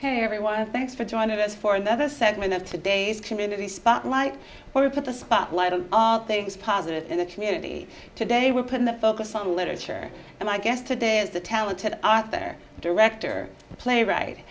hey everyone thanks for joining us for another segment of today's community spotlight where we put the spotlight on all things positive in the community today we're putting the focus on literature and i guess today is the talented author director playwri